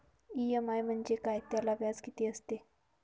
EMI म्हणजे काय? त्याला व्याज किती असतो?